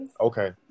okay